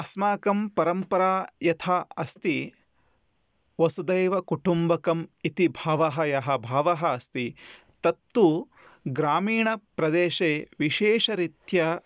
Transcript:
अस्माकं परम्परा यथा अस्ति वसुधैवकुटुम्बकम् इति भावः यः भावः अस्ति तत्तु ग्रामीणप्रदेशे विशेषरीत्या